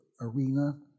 arena